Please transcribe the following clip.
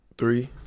Three